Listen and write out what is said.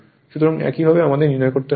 সুতরাং একইভাবে আমাদের নির্ণয় করতে হবে